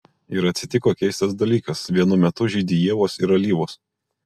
ir atsitiko keistas dalykas vienu metu žydi ievos ir alyvos